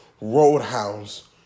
Roadhouse